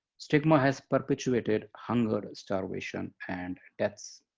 stigma has perpetuated hunger, starvation, and deaths.